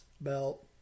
belt